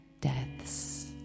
deaths